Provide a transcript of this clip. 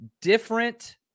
different